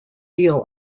deal